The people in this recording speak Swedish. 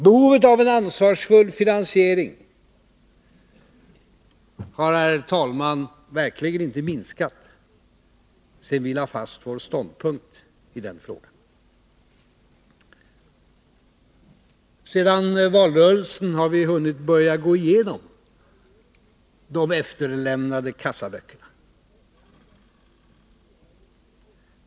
Behovet av en ansvarsfull finansiering har, herr talman, verkligen inte minskat sedan vi lade fast vår ståndpunkt i den frågan. Sedan valrörelsen har vi hunnit börja gå igenom de efterlämnade kassaböckerna.